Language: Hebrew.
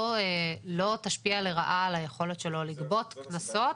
לא תשפיע לרעה על היכולת שלו לגבות קנסות,